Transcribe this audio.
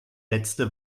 letzte